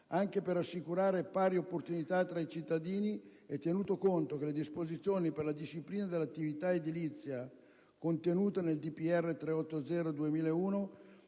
anche per assicurare pari opportunità tra i cittadini e tenuto conto che le disposizioni per la disciplina dell'attività edilizia contenuta nel citato